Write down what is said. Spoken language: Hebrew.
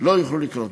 לא יוכלו לקרות.